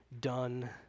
done